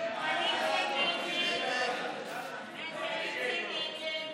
ההסתייגות (4) של קבוצת סיעת יש עתיד-תל"ם